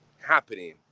happening